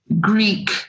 Greek